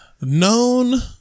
Known